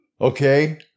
okay